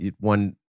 one